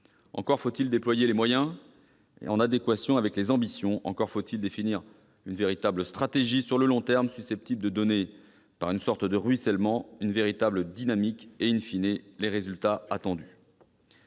Encore faut-il déployer des moyens en adéquation avec les ambitions ; encore faut-il définir une véritable stratégie de long terme, susceptible d'enclencher, par une sorte de ruissellement, une véritable dynamique et,, de donner les résultats attendus.